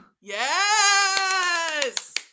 Yes